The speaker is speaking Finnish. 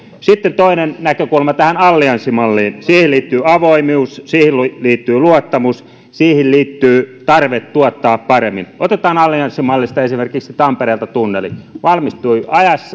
sitten toinen näkökulma tähän allianssimalliin siihen liittyy avoimuus siihen liittyy luottamus siihen liittyy tarve tuottaa paremmin otetaan allianssimallista esimerkiksi tampereelta tunneli se valmistui